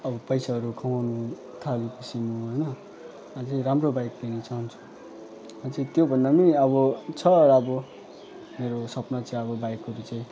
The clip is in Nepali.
अब पैसाहरू कमाउनु थाल्छौँ होइन अनि त्यही राम्रो बाइक लिनु चाहन्छु अनि चाहिँ त्यो भन्दा पनि अब छ अब मेरो सपना चाहिँ अब बाइकहरू चाहिँ